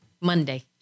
Monday